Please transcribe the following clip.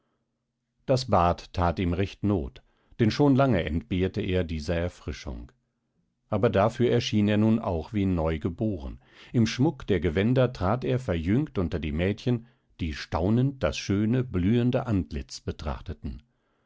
das bad that ihm recht not denn schon lange entbehrte er dieser erfrischung aber dafür erschien er nun auch wie neugeboren im schmuck der gewänder trat er verjüngt unter die mädchen die staunend das schöne blühende antlitz betrachteten